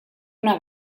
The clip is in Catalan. una